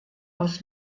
aus